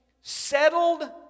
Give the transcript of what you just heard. settled